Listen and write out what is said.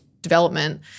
development